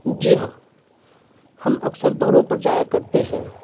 جی ہاں ہم اکثر دوروں پر جایا کرتے ہیں